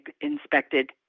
inspected